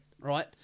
right